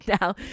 now